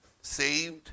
saved